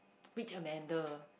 which Amanda